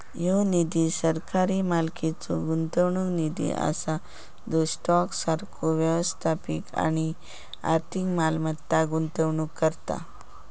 ह्यो निधी सरकारी मालकीचो गुंतवणूक निधी असा जो स्टॉक सारखो वास्तविक आणि आर्थिक मालमत्तांत गुंतवणूक करता